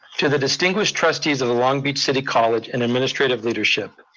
to the distinguished trustees of the long beach city college and administrative leadership,